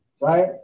right